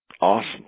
Awesome